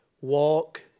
Walk